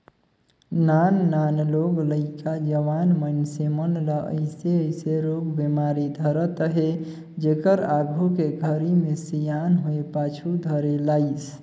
नान नान लोग लइका, जवान मइनसे मन ल अइसे अइसे रोग बेमारी धरत अहे जेहर आघू के घरी मे सियान होये पाछू धरे लाइस